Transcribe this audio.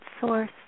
source